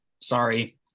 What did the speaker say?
Sorry